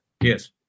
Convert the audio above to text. Yes